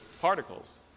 particles